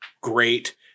great